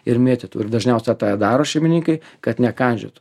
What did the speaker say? ir mėtytų ir dažniausia tą ir daro šeimininkai kad nekandžiotų